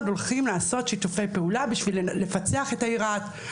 הולכים לעשות שיתופי פעולה בשביל לפצח את העיר רהט.